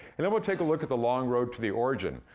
and then, we'll take a look at the long road to the origin,